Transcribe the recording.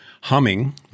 humming